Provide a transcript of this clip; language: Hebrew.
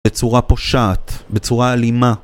בצורה פושעת, בצורה אלימה